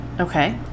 Okay